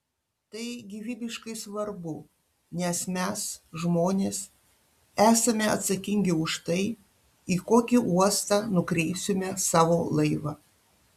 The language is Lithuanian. tai gyvybiškai svarbu nes mes žmonės esame atsakingi už tai į kokį uostą nukreipsime savo laivą